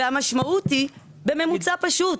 והמשמעות היא בממוצע פשוט,